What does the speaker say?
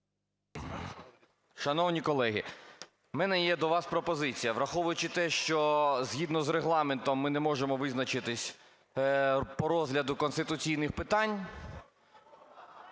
Шановні колеги, у мене є до вас пропозиція. Враховуючи те, що згідно з Регламентом ми не можемо визначитись по розгляду конституційних питань,